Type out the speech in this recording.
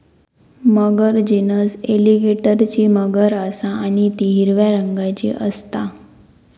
मगर genus एलीगेटरची मगर असा आणि ती हिरव्या रंगाची असता